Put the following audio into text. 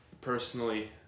personally